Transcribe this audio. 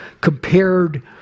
compared